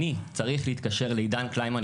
אני צריך להתקשר לעידן קלימן,